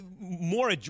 more